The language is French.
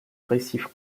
récifs